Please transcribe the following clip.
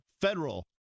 federal